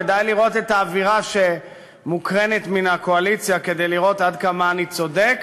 ודי באווירה שמוקרנת מן הקואליציה כדי להראות עד כמה אני צודק,